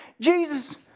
Jesus